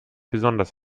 besonders